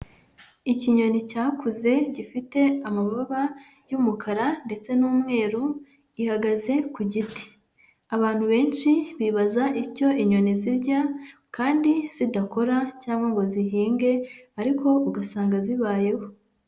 Ikinyoni cyakuze gifite amababa y'umukara ndetse n'umweru gihagaze ku giti. Abantu benshi bibaza icyo inyoni zirya kandi zidakora cyangwa ngo zihinge, ariko ugasanga zibayeho.